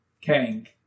Kang